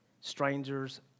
Strangers